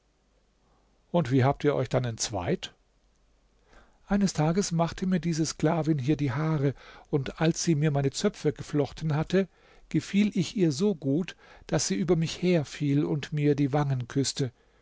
und wie habt ihr euch denn entzweit eines tages machte mir diese sklavin hier die haare und als sie mir meine zöpfe geflochten hatte gefiel ich ihr so gut daß sie über mich herfiel und mir die wangen küßte